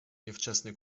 niewczesny